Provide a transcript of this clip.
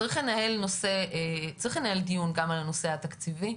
צריך לנהל דיון גם על הנושא התקציבי,